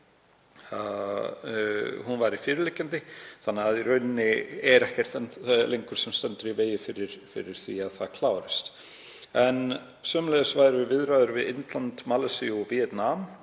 væri fyrirliggjandi þannig að í rauninni er ekkert lengur sem stendur í vegi fyrir því að það klárist. Sömuleiðis hefðu viðræður við Indland, Malasíu og Víetnam